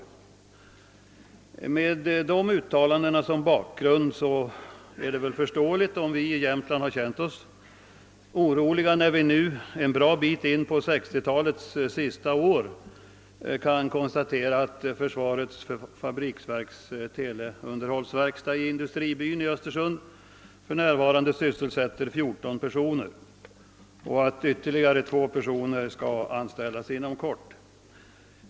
Man måste med dessa uttalanden som bakgrund förstå att vi i Jämtland har känt oss oroliga, när vi nu en bra bit in på 1969 kan konstatera att försvarets fabriksverks teleunderhållsverkstad i industribyn i Östersund för närvarande sysselsätter 14 personer och att ytterligare två personer skall anställas inom kort.